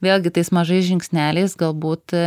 vėlgi tais mažais žingsneliais galbūt